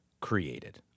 created